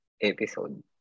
episode